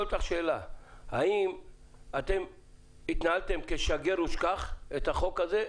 האם אתם התנהלתם כ"שגר ושכח" עם החוק הזה,